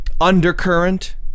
undercurrent